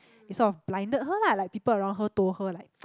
it sort of blinded her lah like people around her told her like